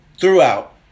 throughout